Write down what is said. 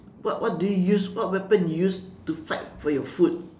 what what do you use what weapon you use to fight for your food